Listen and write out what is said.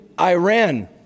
Iran